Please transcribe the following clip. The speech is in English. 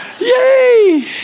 Yay